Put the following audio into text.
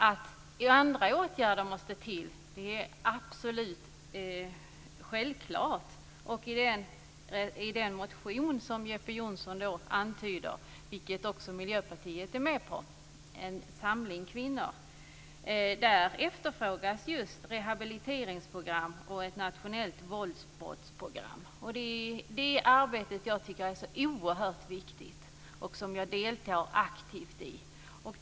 Att andra åtgärder måste till är absolut självklart. I den motion från en grupp kvinnor som Jeppe Johnsson hänvisar till och som också Miljöpartiet ställer sig bakom efterfrågas rehabiliteringsprogram och ett nationellt våldsbrottsprogram. Jag tycker att det arbetet är oerhört viktigt, och jag deltar aktivt i det.